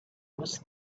was